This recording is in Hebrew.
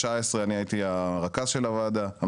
אני הייתי המרכז של הוועדה.